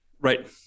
right